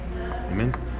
Amen